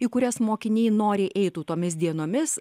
į kurias mokiniai noriai eitų tomis dienomis